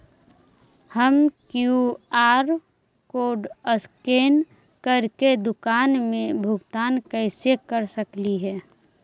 हम QR code scan करके दुकान में भुगतान कैसे कर सकली हे?